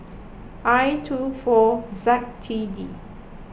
I two four Z T D